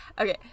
Okay